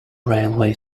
railway